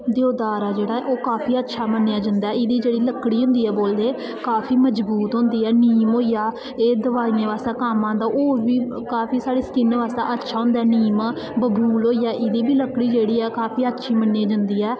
देवदार ऐ जेह्ड़ा ओह् काफी अच्छा मन्नेआ जंदा ऐ एह्दी जेह्ड़ी लक्कड़ी होंदी ऐ बोलदे काफी मजबूत होंदी ऐ नीम होई गेआ एह् दवाइयें बास्तै कम्म आंदा होर बी काफी साढ़ी स्किन बास्तै अच्छा होंदा ऐ नीम बबूल होई गेआ एह्दी बी लक्कड़ी जेहड़ी ऐ काफी अच्छी मन्नी जंदी ऐ